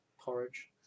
Porridge